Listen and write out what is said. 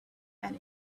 and